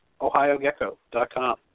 ohiogecko.com